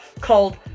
called